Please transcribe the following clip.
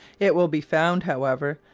it will be found, however,